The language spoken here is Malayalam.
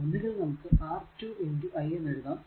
ഒന്നുകിൽ നമുക്ക് R2 i എഴുതാം